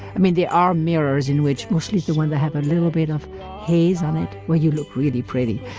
i mean, there are mirrors in which muslims do when they have a little bit of haze on it. well, you look really pretty.